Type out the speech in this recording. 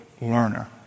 learner